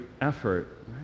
effort